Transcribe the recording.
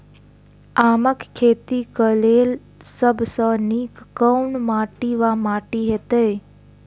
आमक खेती केँ लेल सब सऽ नीक केँ माटि वा माटि हेतै?